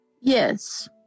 Yes